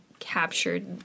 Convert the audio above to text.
captured